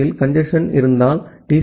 B யில் congestion இருந்தால் D